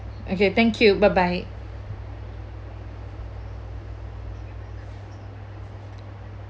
okay thank you bye bye